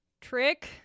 trick